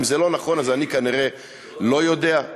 אם זה לא נכון, אני כנראה לא יודע.